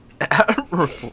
Admirable